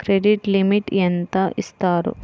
Credit limit ఎంత ఇస్తారు?